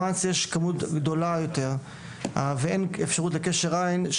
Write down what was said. וואנס, יש כמות גדולה יותר ואין אפשרות לקשר עין.